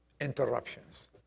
interruptions